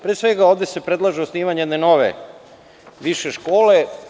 Pre svega, ovde se predlaže osnivanje jedne nove više škole.